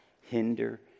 hinder